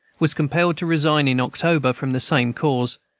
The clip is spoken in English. was compelled to resign in october from the same cause,